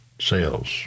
sales